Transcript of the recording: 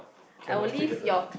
can wash together